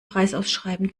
preisausschreiben